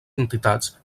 entitats